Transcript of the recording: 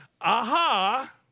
aha